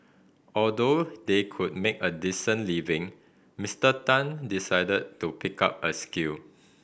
although they could make a decent living Mister Tan decided to pick up a skill